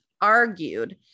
argued